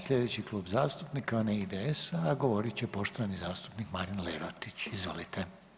Slijedeći Klub zastupnika je onaj IDS-a, a govorit će poštovani zastupnik Marin Lerotić, izvolite.